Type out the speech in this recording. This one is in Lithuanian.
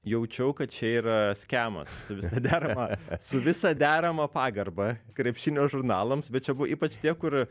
jaučiau kad čia yra skemas su visa derama su visa derama pagarba krepšinio žurnalams bet čia buvo ypač tie kur